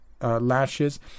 lashes